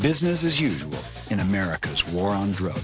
business as usual in america's war on drugs